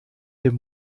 dem